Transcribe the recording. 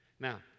Now